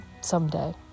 someday